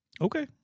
Okay